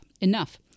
Enough